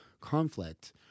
conflict